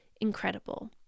incredible